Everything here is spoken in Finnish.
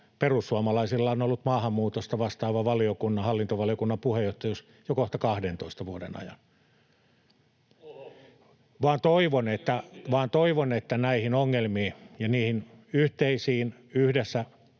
perussuomalaisilla on ollut maahanmuutosta vastaava hallintovaliokunnan puheenjohtajuus jo kohta 12 vuoden ajan, [Jukka Gustafsson: Oho! Tämä oli uutinen!]